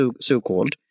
so-called